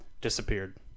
disappeared